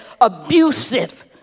abusive